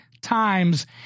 Times